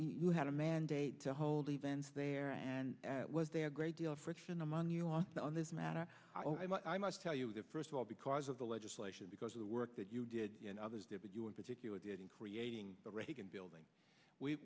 you had a mandate to hold events there and was there a great deal of friction among you lost on this matter i must tell you that first of all because of the legislation because of the work that you did and others particular did in creating the reagan building we